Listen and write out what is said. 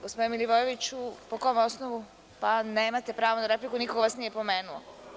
Gospodine Milivojeviću, po kom osnovu? (Srđan Milivojević: Replika.) Nemate pravo na repliku, niko vas nije pomenuo.